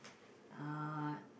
uh